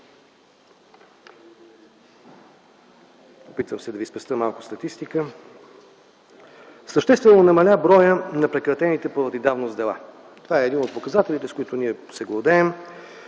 Опитвам се да ви спестя малко статистика. Съществено намаля броят на прекратените поради давност дела. Това е един от показателите, с които ние се гордеем.